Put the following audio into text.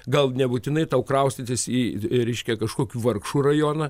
gal nebūtinai tau kraustytis į į reiškia kažkokių vargšų rajoną